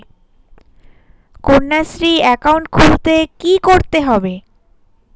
Kanyashree account খুলতে কী করতে হবে?